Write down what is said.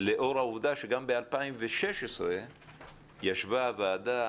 לאור העובדה שגם ב-2016 ישבה הוועדה